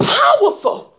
powerful